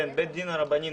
בית הדין הרבני,